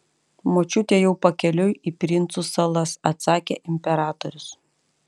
močiutė jau pakeliui į princų salas atsakė imperatorius